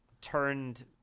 turned